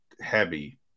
heavy